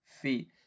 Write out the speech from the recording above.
feet